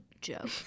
joke